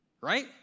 Right